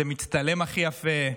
זה מצטלם הכי יפה,